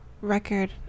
record